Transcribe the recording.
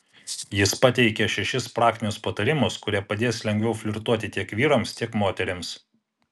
jis pateikia šešis praktinius patarimus kurie padės lengviau flirtuoti tiek vyrams tiek moterims